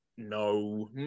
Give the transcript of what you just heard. No